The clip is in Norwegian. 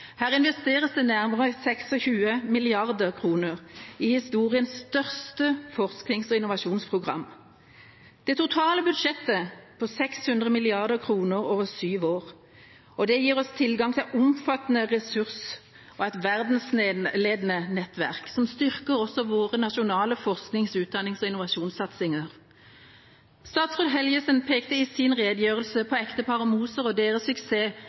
Her investeres det nærmere 26 mrd. kr i historiens største forsknings- og innovasjonsprogram. Det totale budsjettet er på 600 mrd. kr over syv år, og det gir oss tilgang til omfattende ressurser og et verdensledende nettverk, som styrker også våre egne nasjonale forsknings-, utdannings- og innovasjonssatsinger. Statsråd Helgesen pekte i sin redegjørelse på ekteparet Moser og deres suksess